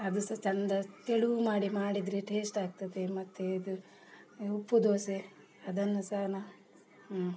ಅದು ಸಹ ಚಂದ ತೆಳು ಮಾಡಿ ಮಾಡಿದರೆ ಟೇಸ್ಟಾಗ್ತದೆ ಮತ್ತು ಇದು ಉಪ್ಪು ದೋಸೆ ಅದನ್ನು ಸಹ ನಾ ಹ್ಞೂ